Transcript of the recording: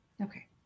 Okay